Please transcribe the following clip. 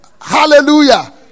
hallelujah